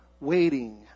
waiting